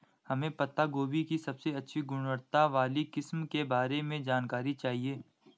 हमें पत्ता गोभी की सबसे अच्छी गुणवत्ता वाली किस्म के बारे में जानकारी चाहिए?